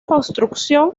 construcción